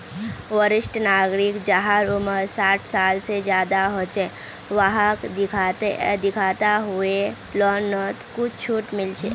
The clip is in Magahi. वरिष्ठ नागरिक जहार उम्र साठ साल से ज्यादा हो छे वाहक दिखाता हुए लोननोत कुछ झूट मिले